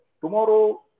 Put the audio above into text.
tomorrow